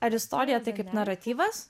ar istorija tai kaip naratyvas